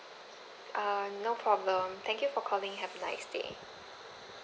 err no problem thank you for calling have a nice day